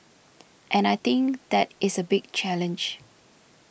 and I think that is a big challenge